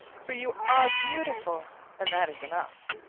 for you are beautiful and that is enough!